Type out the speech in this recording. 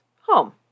home